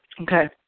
Okay